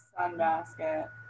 Sunbasket